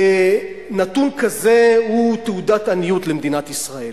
נתון כזה הוא תעודת עניות למדינת ישראל.